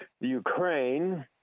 Ukraine